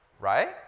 right